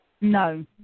No